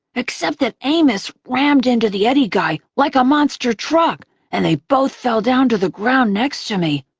except that amos rammed into the eddie guy like a monster truck and they both fell down to the ground next to me.